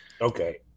Okay